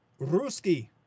Ruski